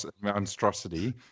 monstrosity